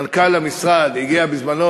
מנכ"ל המשרד הגיע בזמנו,